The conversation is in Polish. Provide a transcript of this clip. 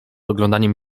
oglądaniem